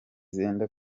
zenda